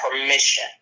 permission